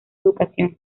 educación